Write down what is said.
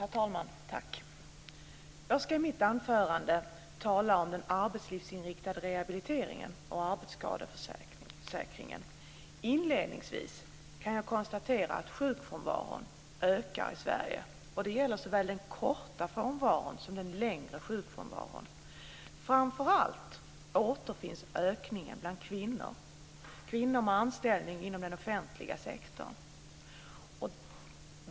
Herr talman! Jag ska i mitt anförande tala om den arbetslivsinriktade rehabiliteringen och arbetsskadeförsäkringen. Inledningsvis kan jag konstatera att sjukfrånvaron ökar i Sverige. Det gäller såväl den korta frånvaron som den längre sjukfrånvaron. Framför allt återfinns ökningen bland kvinnor med anställning inom den offentliga sektorn.